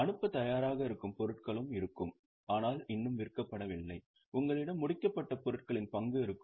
அனுப்பத் தயாராக இருக்கும் பொருட்களும் இருக்கும் ஆனால் இன்னும் விற்கப்படவில்லை உங்களிடம் முடிக்கப்பட்ட பொருட்களின் பங்கு இருக்கும்